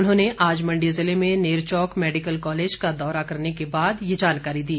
उन्होंने आज मंडी ज़िले में नेरचौक मैडिकल कॉलेज का दौरा करने के बाद ये जानकारी दी